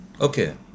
Okay